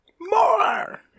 More